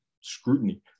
scrutiny